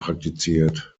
praktiziert